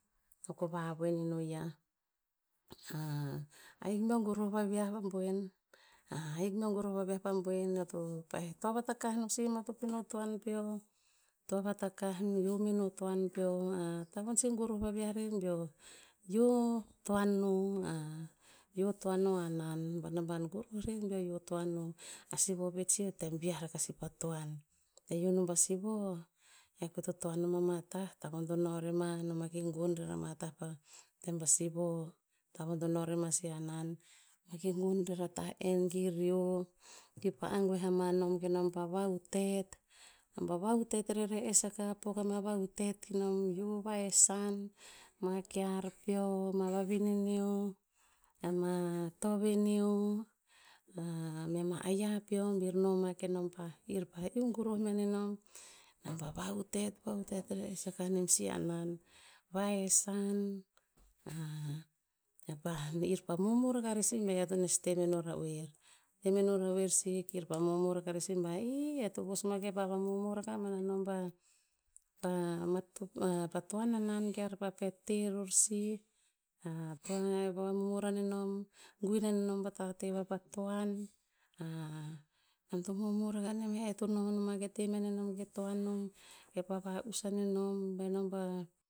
No ko vavoen ino yah, ahik beo goroh vaviah pa boen, hik beo goroh vaviah pa boen oe to, pa'ih toa vatakah no sih, matop ino toan peo, toa vatakah, yio vatakah meno toan peo. Tavon sih goroh vaviah rer beo yio toan no yio toan no hanan ba naban goroh rer beo yio toan no. Asivo pet sih o tem viah rakah sih pa toan. Be yio nom pasivo, e kohe to toan nom ama tah, tavon to no rema, noma ki gon rer ama tah pa tem pasivo. Tavon to no rema sih hanan, kir gon rer a tah'en, kir hio kir pa agoeh amanom ke nom pa vahutet, nom pa hio vavahutet rere'es akah. Pok ama vahutet kenom hio vahesan, ma kear peo, ma vavinen nio, ama toven nio, ama ayia peo bir noma kenom pah kir pa iu goroh mea nenom. Nom pa vahutet, vahutet rere'es akah nem sih hanan. Vahesan, ir pa momor akah rer sih beo to tenes temeno ra oer. Temeno ra oer sih kir pa momor aka rer sih ba ihh, eh to vos ma kepa vamomor akah ban anon pa- pa matop, pa toan hanan kear pa pet te ror sih. e to vamomor anenom, guin anenom apa tate vapa toan. nom to momor akah nem, eto nonoma ke te mia nenom ke toan nom. E pah va'us anenom, ve nom pa